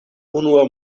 unua